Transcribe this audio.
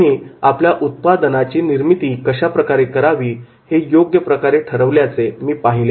त्यांनी आपल्या उत्पादनाची निर्मिती कशाप्रकारे करावी हे योग्य प्रकारे ठरवल्याचे मी पाहिले